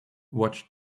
watch